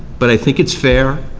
but i think it's fair.